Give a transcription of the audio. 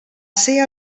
ser